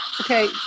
Okay